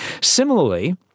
Similarly